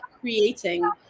creating